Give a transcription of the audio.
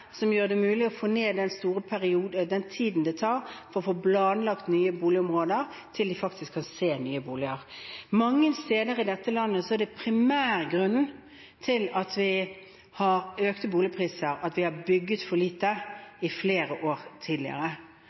som gjør det mulig å få ned den tiden det tar fra man planlegger nye boligområder, til vi faktisk kan se nye boliger. Mange steder i dette landet er primærgrunnen til at vi har økte boligpriser, at vi har bygget for lite i flere år.